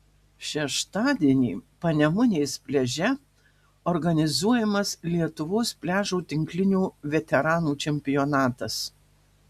šeštadienį panemunės pliaže organizuojamas lietuvos pliažo tinklinio veteranų čempionatas